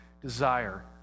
desire